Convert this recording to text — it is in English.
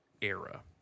era